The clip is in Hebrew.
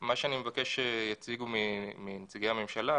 מה שאני מבקש שיציגו נציגי הממשלה,